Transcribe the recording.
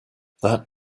that